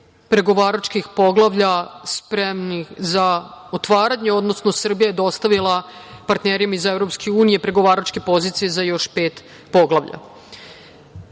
pregovaračkih poglavlja spremnih za otvaranje, odnosno Srbija je dostavila partnerima iz EU pregovaračke pozicije za još pet poglavlja. Svaki